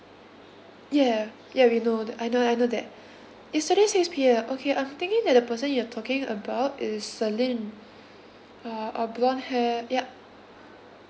yeah yeah we know the I know I know that yesterday six P_M okay I'm thinking that the person you are talking about is celine uh uh blonde hair yup